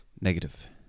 Negative